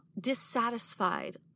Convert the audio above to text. dissatisfied